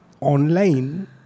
online